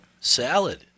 salad